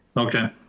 okay.